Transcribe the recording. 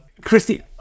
christy